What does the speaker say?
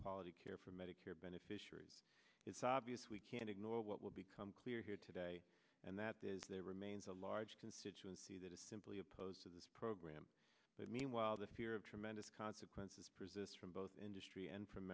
quality care for medicare beneficiaries it's obvious we can't ignore what will become clear here today and that is there remains a large constituency that is simply opposed to this program but meanwhile the fear of tremendous consequences persists from both industry and from